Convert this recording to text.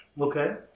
Okay